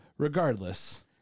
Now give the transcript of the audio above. Regardless